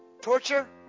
torture